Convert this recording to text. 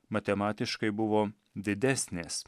matematiškai buvo didesnės